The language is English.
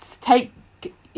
take